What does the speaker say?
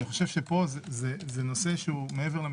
אני חושב שזה נושא, מעבר למספרים,